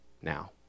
now